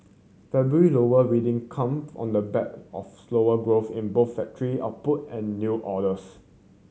February lower reading come on the back of slower growth in both factory output and new orders